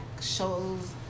shows